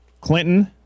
Clinton